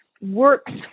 works